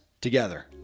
together